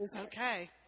Okay